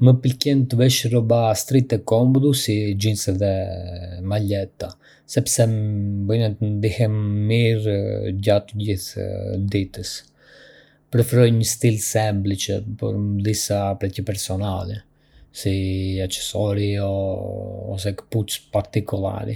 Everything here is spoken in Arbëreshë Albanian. Më pëlqen të vesh rroba street e komodu, si xhinse dhe bluza, sepse më bëjnë të ndihem mirë gjatë gjithë ditës. Preferoj një stil semplice, por me disa prekje personale, si aksesorë ose këpucë partikolari.